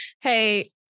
Hey